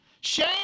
Shame